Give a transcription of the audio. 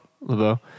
Lebeau